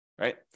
right